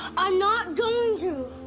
i'm not going to!